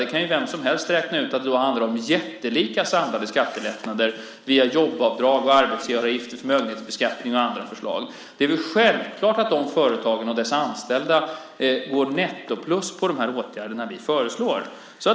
Då kan vem som helst räkna ut att det handlar om jättelika samlade skattelättnader via jobbavdrag, arbetsgivaravgifter, förmögenhetsbeskattning och andra förslag. Det är väl självklart att dessa företag och deras anställda netto går plus i och med de åtgärder som vi föreslår.